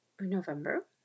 November